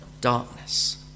darkness